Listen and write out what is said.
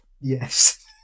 Yes